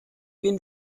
bin